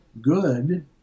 good